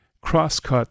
Crosscut